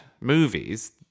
movies